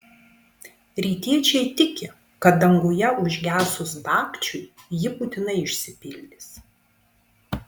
rytiečiai tiki kad danguje užgesus dagčiui ji būtinai išsipildys